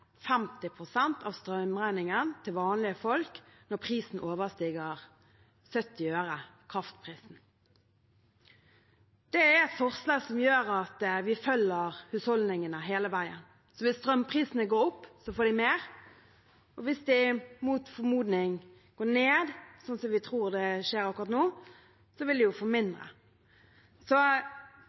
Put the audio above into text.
vi følger husholdningene hele veien. Hvis strømprisene går opp, får husholdningene mer, og hvis de mot formodning går ned, ut fra det vi tror vil skje akkurat nå, vil de jo få mindre. Så